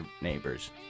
neighbors